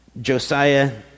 Josiah